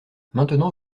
maintenant